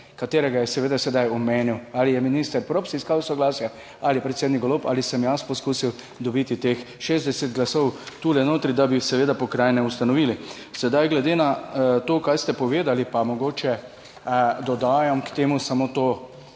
katerega je seveda sedaj omenil, ali je minister Props iskal soglasje ali predsednik Golob, ali sem jaz poskusil dobiti teh 60 glasov tule notri, da bi seveda pokrajine ustanovili. Glede na to, kar ste povedali, pa mogoče dodajam k temu samo